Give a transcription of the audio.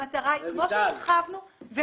כמו שהרחבנו,